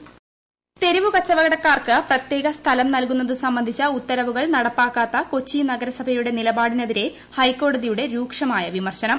തെരുവു കച്ചവടക്കാർ തെരുവു കച്ചവടക്കാർക്ക് പ്രത്യേക സ്ഥലം നൽകുന്നത് സംബന്ധിച്ച ഉത്തരവുകൾ നടപ്പക്കാത്ത കൊച്ചി നഗരസഭയുടെ നിലപാടിനെതിരെ ഹൈക്കോടതിയുടെ രൂക്ഷമായ വിമർശനം